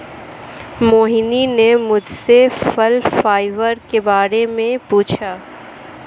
मोहिनी ने मुझसे फल फाइबर के बारे में पूछा